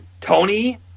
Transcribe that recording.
Tony